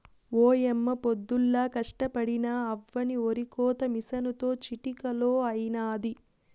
ఓయమ్మ పొద్దుల్లా కష్టపడినా అవ్వని ఒరికోత మిసనుతో చిటికలో అయినాది